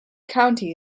county